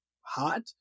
hot